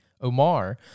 Omar